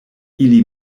ili